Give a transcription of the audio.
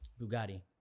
Bugatti